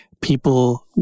people